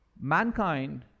mankind